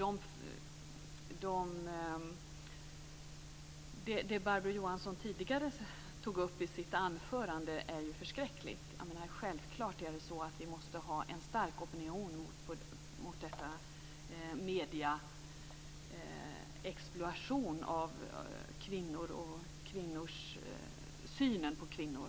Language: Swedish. Det som Barbro Johansson tog upp i sitt tidigare anförande är förskräckligt. Självklart måste vi ha en stark opinion mot mediernas exploation av kvinnor och mot deras syn på kvinnor.